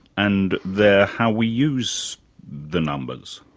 and they're how we use the numbers?